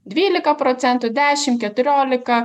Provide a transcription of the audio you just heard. dvylika procentų dešim keturiolika